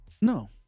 No